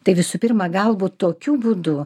tai visų pirma galbūt tokiu būdu